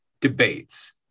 debates